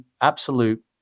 absolute